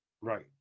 Right